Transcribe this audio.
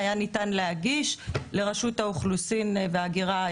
היה ניתן להגיש עבורם בקשה